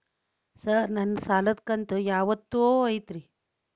Sir ನನ್ನ ಸಾಲದ ಕಂತು ಯಾವತ್ತೂ ಐತ್ರಿ?